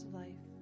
life